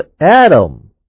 Adam